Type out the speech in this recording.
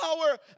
power